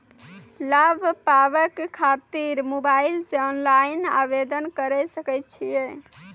लाभ पाबय खातिर मोबाइल से ऑनलाइन आवेदन करें सकय छियै?